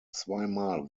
zweimal